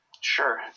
Sure